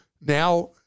Now